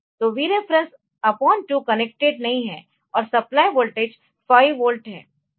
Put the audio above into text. तो Vref 2 connected नहीं है और सप्लाई वोल्टेज 5 वोल्ट है